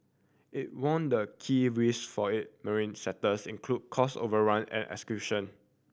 it warned the key risk for it marine sectors include cost overrun and execution